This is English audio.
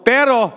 Pero